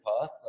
path